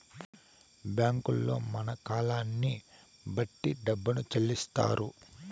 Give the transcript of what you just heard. బ్యాంకుల్లో మన కాలాన్ని బట్టి డబ్బును చెల్లిత్తారు